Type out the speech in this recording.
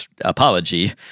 apology